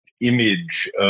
image